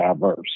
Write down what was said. diverse